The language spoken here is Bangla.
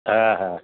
হ্যাঁ হ্যাঁ